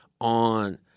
on